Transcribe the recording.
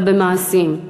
אלא במעשים.